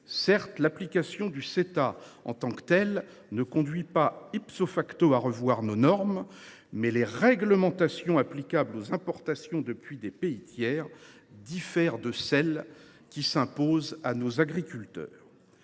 Certes, l’application de l’accord ne conduit pas à revoir nos normes, mais les réglementations applicables aux importations depuis des pays tiers diffèrent de celles qui s’imposent à nos agriculteurs.